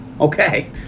okay